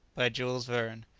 by jules verne.